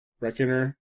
Reckoner